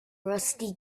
rusty